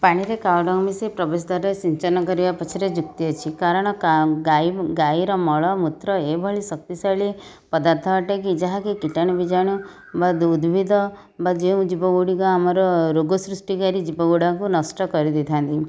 ପାଣିରେ କାଓଡ଼ଙ୍ଗ ମିଶାଇ ପ୍ରବେଶ ଦ୍ଵାରାରେ ସିଞ୍ଚନ କରିବା ପଛରେ ଯୁକ୍ତି ଅଛି କାରଣ ଗାଈ ଗାଈର ମଳମୂତ୍ର ଏଇଭଳି ଶକ୍ତିଶାଳି ପଦାର୍ଥ ଅଟେ କି ଯାହା କି କୀଟାଣୁ ବୀଜାଣୁ ବା ଉଦ୍ଭିଦ ବା ଯେଉଁ ଜୀବ ଗୁଡ଼ିକ ଆମର ରୋଗ ସୃଷ୍ଟିକାରି ଜୀବଗୁଡ଼ାକ ନଷ୍ଟ କରି ଦେଇଥାନ୍ତି